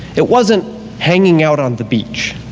it wasn't hanging out on the beach.